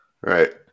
Right